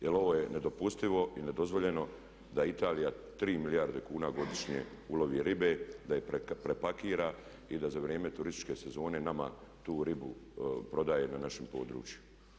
Jer ovo je nedopustivo i nedozvoljeno da Italija 3 milijarde kuna godišnje ulovi ribe, da je prepakira i da za vrijeme turističke sezone nama tu ribu prodaje na našim područjima.